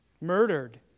murdered